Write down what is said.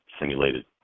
simulated